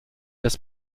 des